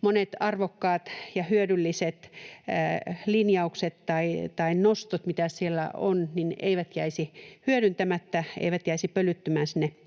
monet arvokkaat ja hyödylliset linjaukset tai nostot, mitä siellä on, eivät jäisi hyödyntämättä, eivät jäisi pölyttymään sinne